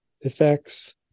effects